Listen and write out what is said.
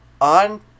on